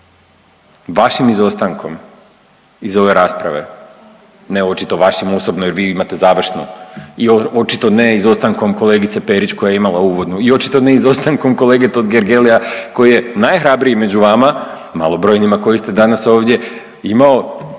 vašim izostankom iz ove rasprave, ne očito vašim osobno jer vi imate završno i očito ne izostankom kolegice Perić koja je imala uvodno i očito ne izostankom kolege Totgergelija koji je najhrabriji među vama, malobrojnima koji ste danas ovdje, imao